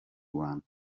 rwanda